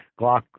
Glock